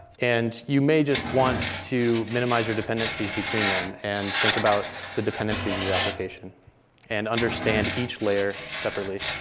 and you may just want to minimize your dependencies between them and think about the dependencies of your application and understand each layer separately.